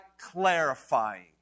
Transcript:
clarifying